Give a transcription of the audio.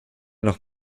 noch